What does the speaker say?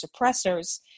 suppressors